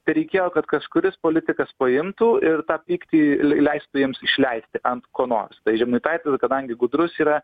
tereikėjo kad kažkuris politikas paimtų ir tą pyktį lei leistų jiems išleisti ant ko nors tai žemaitaitis kadangi gudrus yra